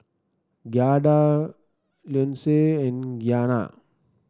Giada Leonce and Gianna